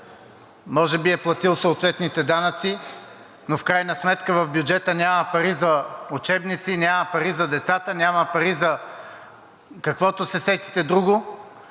може би е платил съответните данъци. Но в крайна сметка в бюджета няма пари за учебници, няма пари за децата, няма пари за каквото се сетите друго,